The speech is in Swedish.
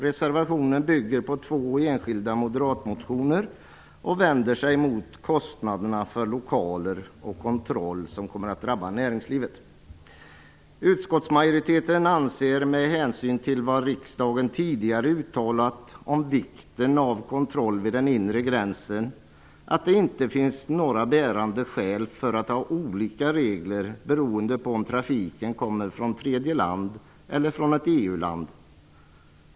Reservationen bygger på två enskilda moderatmotioner och vänder sig mot kostnaderna för lokaler och kontroll som kommer att drabba näringslivet. Utskottsmajoriteten anser med hänsyn till vad riksdagen tidigare uttalat om vikten av kontroll vid den inre gränsen att det inte finns några bärande skäl för att ha olika regler beroende på om trafiken kommer från tredje land eller från ett EU-land.